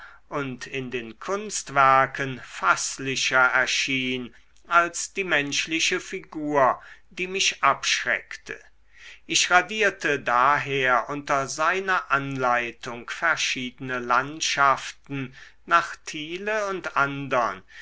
und in den kunstwerken faßlicher erschien als die menschliche figur die mich abschreckte ich radierte daher unter seiner anleitung verschiedene landschaften nach thiele und andern